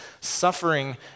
Suffering